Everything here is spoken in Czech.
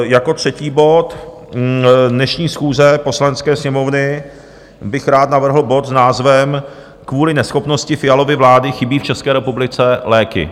Jako třetí bod dnešní schůze Poslanecké sněmovny bych rád navrhl bod s názvem Kvůli neschopnosti Fialovy vlády chybí v České republice léky.